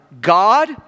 God